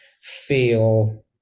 feel